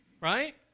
right